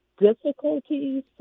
difficulties